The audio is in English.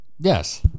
Yes